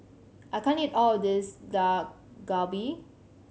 I can't eat all of this Dak Galbi